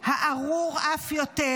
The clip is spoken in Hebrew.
הארור אף יותר.